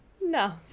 no